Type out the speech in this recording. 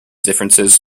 differences